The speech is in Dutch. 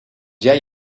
jij